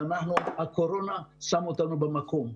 אבל הקורונה שמה אותנו במקום אחר.